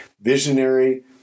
Visionary